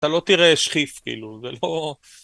אתה לא תראה שחיף כאילו, זה פה...